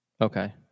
Okay